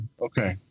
Okay